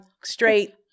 straight-